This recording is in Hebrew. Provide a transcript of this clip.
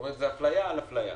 זאת אומרת, זאת אפליה על אפליה.